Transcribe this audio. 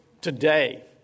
today